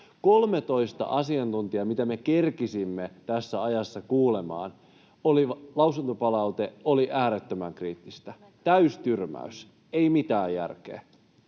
13 asiantuntijan, joita me kerkesimme tässä ajassa kuulemaan, lausuntopalaute oli äärettömän kriittistä, täystyrmäys, ei mitään järkeä.